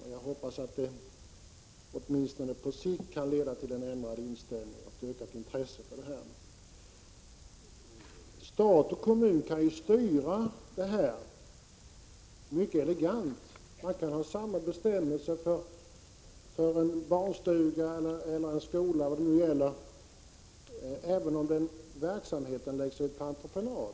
Jag hoppas att det åtminstone på sikt kan leda till en ändrad inställning. Stat och kommun kan styra sådan här verksamhet mycket elegant. Man kan ha samma bestämmelser för en barnstuga, en skola eller vad det nu gäller, även om verksamheten läggs ut på entreprenad.